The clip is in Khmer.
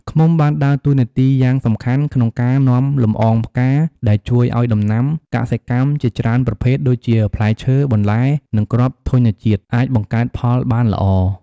ឃ្មុំ បានដើរតួនាទីយ៉ាងសំខាន់ក្នុងការនាំលម្អងផ្កា ដែលជួយឲ្យដំណាំកសិកម្មជាច្រើនប្រភេទ ដូចជាផ្លែឈើ បន្លែ និងគ្រាប់ធញ្ញជាតិ អាចបង្កើតផលបានល្អ។